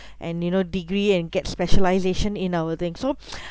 and you know degree and get specialisation in our thing so